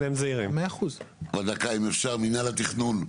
מינהל התכנון,